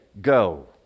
go